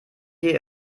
hier